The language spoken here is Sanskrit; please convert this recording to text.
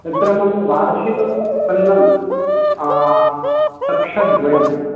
तत्र मम वार्षिकम् उत्पन्नं लक्षद्वयम्